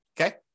okay